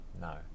no